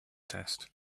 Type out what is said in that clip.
test